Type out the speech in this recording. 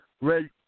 Red